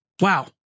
Wow